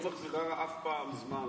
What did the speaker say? את לא מחזירה אף פעם זמן.